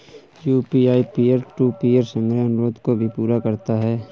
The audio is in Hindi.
यू.पी.आई पीयर टू पीयर संग्रह अनुरोध को भी पूरा करता है